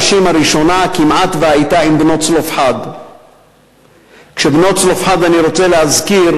אנשים שמחכים למלחמת עולם כדי שהרעיון הנוצרי,